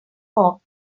fork